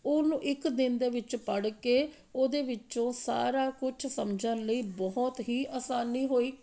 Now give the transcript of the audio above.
ਉਹਨੂੰ ਇੱਕ ਦਿਨ ਦੇ ਵਿੱਚ ਪੜ੍ਹ ਕੇ ਉਹਦੇ ਵਿੱਚੋਂ ਸਾਰਾ ਕੁਛ ਸਮਝਣ ਲਈ ਬਹੁਤ ਹੀ ਅਸਾਨੀ ਹੋਈ